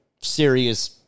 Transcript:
serious